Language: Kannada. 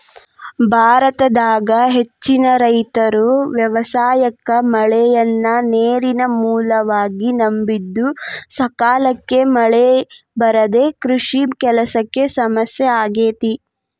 ಭಾರತದಾಗ ಹೆಚ್ಚಿನ ರೈತರು ವ್ಯವಸಾಯಕ್ಕ ಮಳೆಯನ್ನ ನೇರಿನ ಮೂಲವಾಗಿ ನಂಬಿದ್ದುಸಕಾಲಕ್ಕ ಮಳೆ ಬರದೇ ಕೃಷಿ ಕೆಲಸಕ್ಕ ಸಮಸ್ಯೆ ಆಗೇತಿ